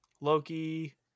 Loki